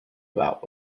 about